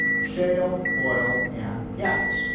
shale, oil and gas.